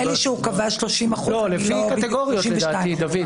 לפי קטיגוריות, דוד.